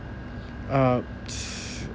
um